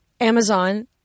Amazon